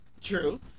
True